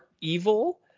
evil